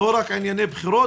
לא רק ענייני בחירות,